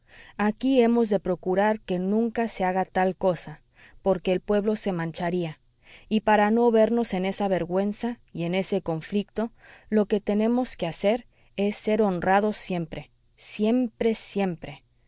aquí hemos de procurar que nunca se haga tal cosa porque el pueblo se mancharía y para no vernos en esa vergüenza y en ese conflicto lo que tenemos que hacer es ser honrados siempre siempre siempre